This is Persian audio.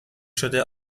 شده